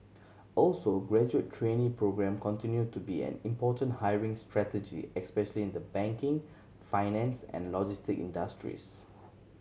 also graduate trainee programme continue to be an important hiring strategy especially in the banking finance and logistic industries